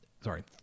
Sorry